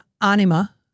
anima